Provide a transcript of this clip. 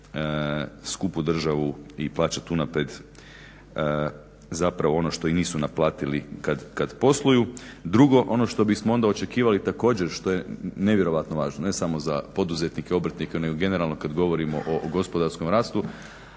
skupu državu i plaćati unaprijed ono što i nisu naplatili kada posluju. Drugo, ono što bismo onda očekivali također što je nevjerojatno važno ne samo za poduzetnike, obrtnike nego generalno kada govorimo o gospodarskom rastu,